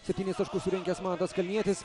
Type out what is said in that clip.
septynis taškus surinkęs mantas kalnietis